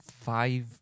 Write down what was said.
five